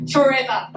Forever